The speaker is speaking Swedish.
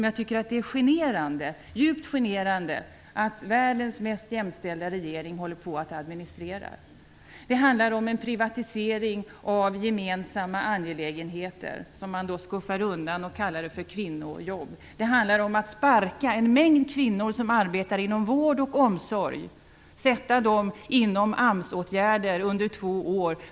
Jag tycker att det är djupt generande att världens mest jämställda regering håller på att administrera detta. Det handlar om en privatisering av gemensamma angelägenheter som man skuffar undan och kallar kvinnojobb. Det handlar om att sparka en mängd kvinnor som arbetar inom vård och omsorg och att sätta dem i AMS-åtgärder under två år.